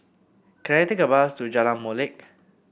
can I take a bus to Jalan Molek